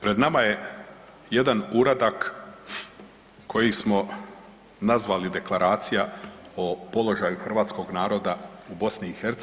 Pred nama je jedan uradak koji smo nazvali Deklaracija o položaju Hrvatskog naroda u BiH